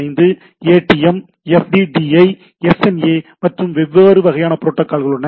25 ATM FDDI SNA மற்றும் வெவ்வேறு வகையான புரோட்டோக்கால் உள்ளன